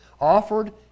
offered